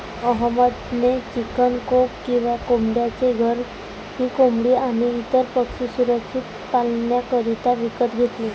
अहमद ने chicken coop किंवा कोंबड्यांचे घर ही कोंबडी आणी इतर पक्षी सुरक्षित पाल्ण्याकरिता विकत घेतले